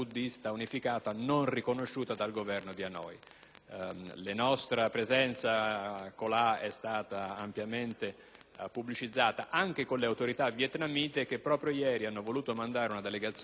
La nostra presenza colà è stata ampiamente pubblicizzata anche con le autorità vietnamite, che proprio ieri hanno voluto inviare una delegazione di parlamentari all'Europarlamento a Strasburgo,